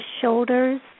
shoulders